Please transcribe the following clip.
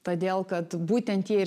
todėl kad būtent jie ir